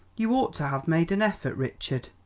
you ought to have made an effort, richard.